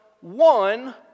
one